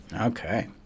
Okay